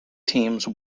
teams